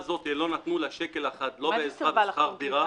לא נתנו לה ולו שקל אחד, לא בעזרה בשכר דירה.